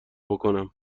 بکنم